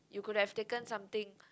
you could have taken something